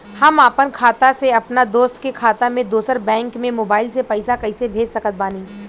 हम आपन खाता से अपना दोस्त के खाता मे दोसर बैंक मे मोबाइल से पैसा कैसे भेज सकत बानी?